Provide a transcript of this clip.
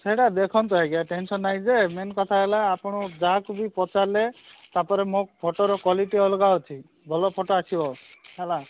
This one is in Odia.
ସେଇଟା ଦେଖନ୍ତୁ ଆଜ୍ଞା ଟେନସନ ନାହିଁ ଯେ ମେନ କଥା ହେଲା ଆପଣ ଯାହାକୁ ବି ପଚାରିଲେ ତା'ପରେ ମୋ ଫଟୋର ବି ଅଲଗା କ୍ୱାଲିଟି ଅଛି ଭଲ ଫଟୋ ଆସିବ ହେଲା